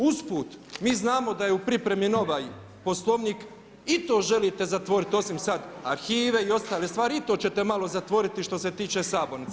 Usput, mi znamo da je u pripremi novi Poslovnik, i to želite zatvoriti osim sad arhive i ostale stvari, i to ćete malo zatvoriti što se tiče sabornice.